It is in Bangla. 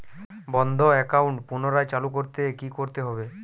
বন্ধ একাউন্ট পুনরায় চালু করতে কি করতে হবে?